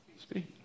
speak